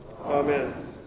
amen